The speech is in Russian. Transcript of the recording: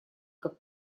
как